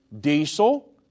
diesel